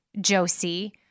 Josie